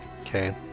Okay